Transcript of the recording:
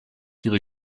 ihre